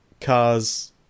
Cars